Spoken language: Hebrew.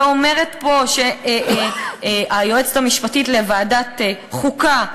ואומרת פה היועצת המשפטית לוועדת חוקה,